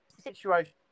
situation